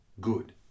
good